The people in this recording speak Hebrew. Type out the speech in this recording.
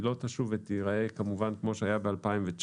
היא לא תשוב ותיראה כמובן כפי שהיה ב-2019,